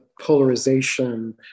polarization